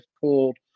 pulled